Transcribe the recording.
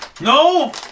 No